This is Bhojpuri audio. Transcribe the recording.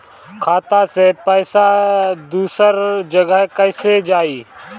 खाता से पैसा दूसर जगह कईसे जाई?